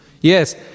Yes